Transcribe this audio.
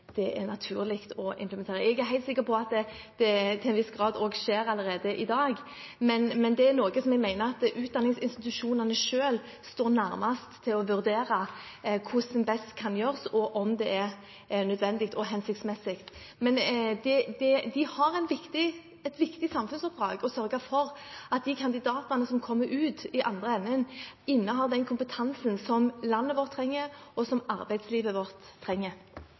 helt sikker på at det til en viss grad skjer allerede i dag, men jeg mener at utdanningsinstitusjonene selv er de nærmeste til å vurdere hvordan det kan gjøres, og om det er nødvendig og hensiktsmessig. De har et viktig samfunnsoppdrag i å sørge for at de kandidatene som kommer ut i andre enden, innehar den kompetansen som landet vårt trenger, og som arbeidslivet vårt trenger.